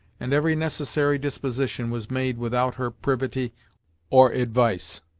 and every necessary disposition was made without her privity or advice.